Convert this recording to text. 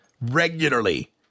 regularly